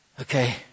okay